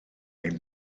ein